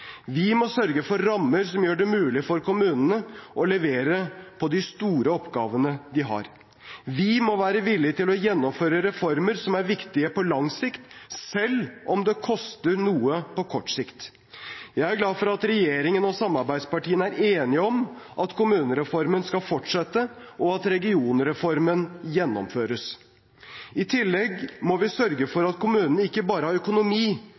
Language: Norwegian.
Vi må sørge for rammer som gjør det mulig for kommunene å levere på de store oppgavene de har. Vi må være villige til å gjennomføre reformer som er viktige på lang sikt, selv om det koster noe på kort sikt. Jeg er glad for at regjeringen og samarbeidspartiene er enige om at kommunereformen skal fortsette, og at regionreformen gjennomføres. I tillegg må vi sørge for at kommunene ikke bare har økonomi,